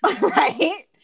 right